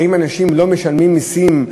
האם האנשים לא משלמים מסים,